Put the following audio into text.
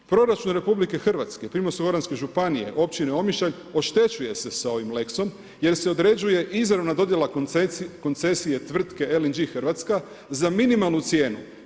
Proračun RH, Primorsko-goranske županije, općine Omišalj, oštećuje se s ovim lex-om jer se određuje izravna dodjela koncesije tvrtke LNG Hrvatska za minimalnu cijenu.